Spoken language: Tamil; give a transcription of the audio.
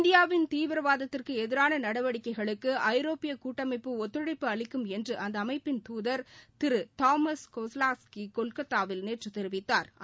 இந்தியாவின் தீவிரவாதத்திற்கு எதிரான நடவடிக்கைகளுக்கு ஐரோப்பிய கூட்டமைப்பு ஒத்துழைப்பு அளிக்கும் என்று அந்த அமைப்பின் தூதர் திரு தோமஸ் கோஸ்லாஸ்கி கொல்கத்தாவில் நேற்று தெரிவித்தாா்